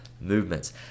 movements